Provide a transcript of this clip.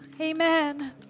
Amen